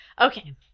okay